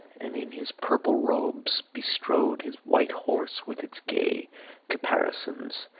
and in his purple robes bestrode his white horse with its gay caparisons,